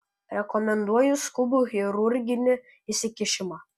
rekomenduoju skubų chirurginį įsikišimą